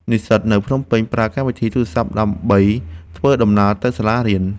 និស្សិតនៅភ្នំពេញប្រើកម្មវិធីទូរសព្ទ ដើម្បីធ្វើដំណើរទៅសាលារៀន។